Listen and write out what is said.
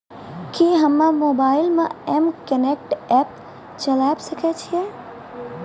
कि हम्मे मोबाइल मे एम कनेक्ट एप्प चलाबय सकै छियै?